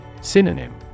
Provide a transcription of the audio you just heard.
Synonym